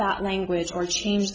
that language or change